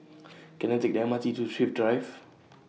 Can I Take The M R T to Thrift Drive